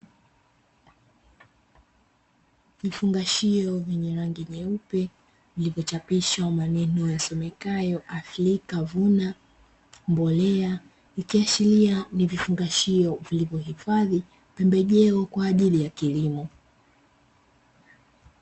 Vifungashio vyenye rangi nyeupe vilivyochapishwa maneno yasomekayo afrika vuna mbolea, ikiashiria ni vifungashio vilivyohifadhi pembejeo kwa ajili ya kilimo.